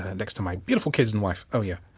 next to my beautiful kids and wife, oh yeah.